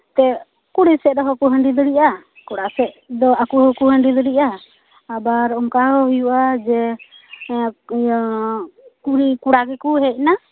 ᱛᱮᱫ ᱠᱩᱲᱤ ᱥᱮᱫ ᱨᱮᱦᱚᱸ ᱠᱚ ᱦᱟᱺᱰᱤ ᱫᱟᱲᱮᱭᱟᱜᱼᱟ ᱠᱚᱲᱟᱥᱮᱫ ᱫᱚ ᱟᱠᱚ ᱦᱚᱸᱠᱚ ᱦᱟᱺᱰᱤ ᱫᱟᱲᱮᱭᱟᱜᱼᱟ ᱟᱵᱟᱨ ᱱᱚᱝᱠᱟ ᱦᱚᱸ ᱦᱩᱭᱩᱜᱼᱟ ᱡᱮ ᱤᱭᱟᱹ ᱠᱩᱲᱤ ᱠᱚᱲᱟ ᱜᱮᱠᱚ ᱦᱮᱡ ᱮᱱᱟ